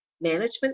management